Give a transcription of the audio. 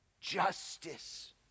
Justice